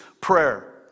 prayer